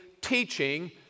teaching